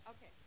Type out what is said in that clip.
Okay